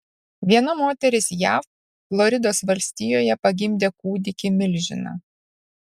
viena moteris jav floridos valstijoje pagimdė kūdikį milžiną